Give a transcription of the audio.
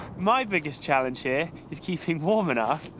my biggest challenge here is keeping warm enough,